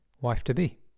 wife-to-be